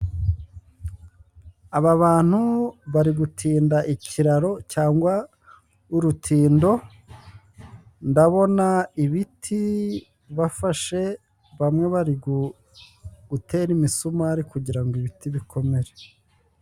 Aba bantu bari gutinda ikiraro cyangwa urutindo; ndabona ibiti bafashe bamwe bari gutera imisumari kugira ngo ibiti bikomere.